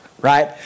right